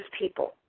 people